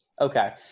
Okay